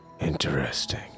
interesting